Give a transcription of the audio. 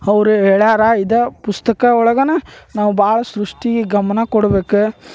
ಅವ್ರು ಹೇಳಾರ ಇದಾ ಪುಸ್ತಕ ಒಳಗೆ ನಾವು ಭಾಳ ಸೃಷ್ಟಿ ಗಮನ ಕೊಡ್ಬೇಕು